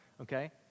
okay